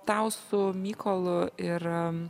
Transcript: tau su mykolu ir